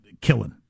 killing